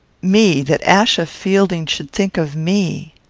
me! that achsa fielding should think of me!